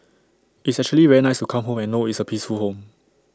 it's actually very nice to come home and know it's A peaceful home